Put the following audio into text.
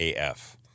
AF